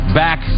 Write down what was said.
back